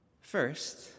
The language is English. First